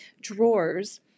drawers